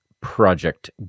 Project